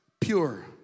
pure